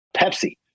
Pepsi